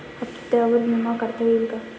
हप्त्यांवर विमा काढता येईल का?